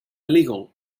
illegal